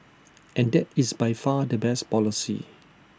and that is by far the best policy